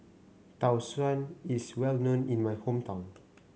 Tau Suan is well known in my hometown